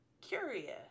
curious